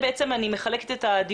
נכון לשנת 2017,